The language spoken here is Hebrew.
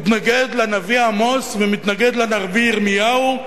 מתנגד לנביא עמוס ומתנגד לנביא ירמיהו,